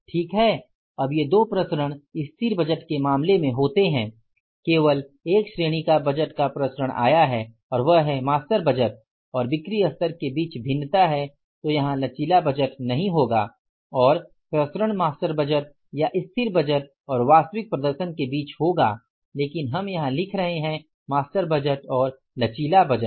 ठीक है अब ये दो प्रसरण स्थिर बजट के मामले में होते हैं केवल एक श्रेणी का बजट का प्रसरण आया है और वह है मास्टर बजट और बिक्री स्तर के बीच भिन्नता है तो यहाँ लचीला बजट नही होगा और प्रसरण मास्टर बजट या स्थिर बजट और वास्तविक प्रदर्शन के बीच होगा लेकिन हम यहाँ लिख रहे हैं मास्टर बजट और लचीला बजट